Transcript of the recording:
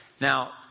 Now